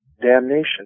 damnation